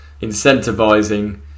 incentivizing